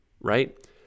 right